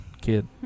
kid